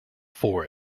for